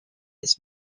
his